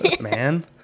man